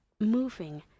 moving